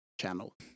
channel